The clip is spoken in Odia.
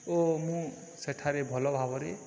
ଓ ମୁଁ ସେଠାରେ ଭଲ ଭାବରେ